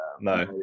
No